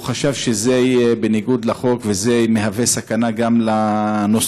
הוא חשב שזה יהיה בניגוד לחוק וזה מהווה סכנה גם לנוסעים.